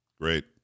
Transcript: Great